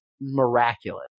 miraculous